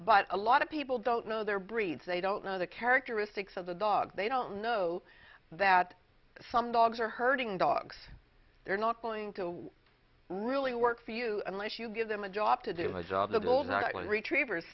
but a lot of people don't know their breeds they don't know the characteristics of the dog they don't know that some dogs are herding dogs they're not going to really work for you unless you give them a job to do my job the golden retriever